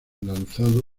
lanzado